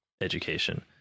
education